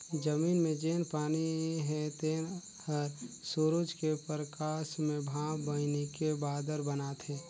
जमीन मे जेन पानी हे तेन हर सुरूज के परकास मे भांप बइनके बादर बनाथे